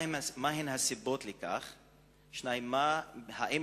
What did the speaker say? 1. מה הן הסיבות לכך?